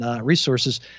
resources